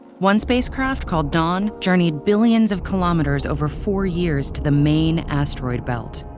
one spacecraft called dawn journeyed billions of kilometers over four years to the main asteroid belt.